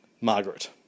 Margaret